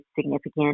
significant